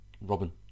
Robin